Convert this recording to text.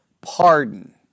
pardon